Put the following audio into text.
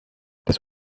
das